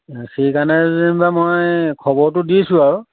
সেইকাৰণে যেনিবা মই খবৰটো দিছোঁ আৰু